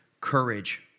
courage